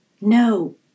no